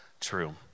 true